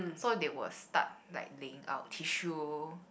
so they will start like laying out tissue